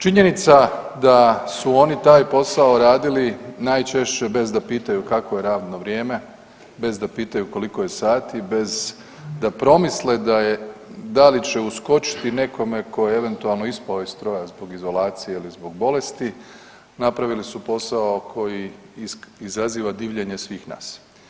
Činjenica da su oni taj posao radili najčešće bez da pitaju kakvo je radno vrijeme, bez da pitaju koliko je sati, bez da promisle da je, da li će uskočiti nekome tko je eventualno ispao iz stroja zbog izolacije ili zbog bolesti, napravili su posao koji izaziva divljenje svih nas.